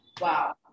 Wow